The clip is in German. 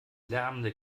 lärmende